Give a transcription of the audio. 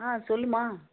ஆ சொல்லும்மா